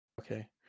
Okay